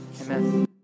Amen